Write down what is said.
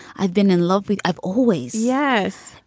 i've been in love with. i've always. yes.